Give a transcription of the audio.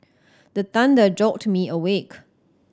the thunder jolt me awake